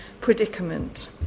predicament